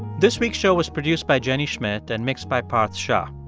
this week's show was produced by jenny schmidt and mixed by parth shah.